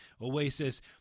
Oasis